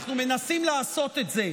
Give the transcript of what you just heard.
אנחנו מנסים לעשות את זה,